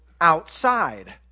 outside